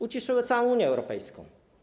Uciszyły całą Unię Europejską.